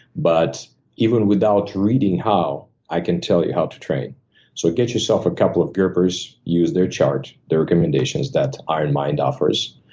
but even without reading how, i can tell you how to train. so get yourself a couple of grippers. use their charge, the recommendations that ironmind offers.